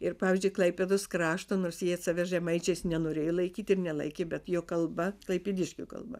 ir pavyzdžiui klaipėdos kraštą nors jie save žemaičiais nenorėjo laikyti ir nelaikė bet jo kalba klaipėdiškių kalba